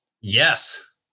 Yes